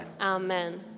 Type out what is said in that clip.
Amen